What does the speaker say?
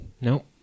Nope